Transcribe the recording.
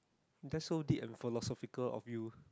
that's so deep and philosophical of you